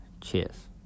Cheers